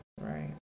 right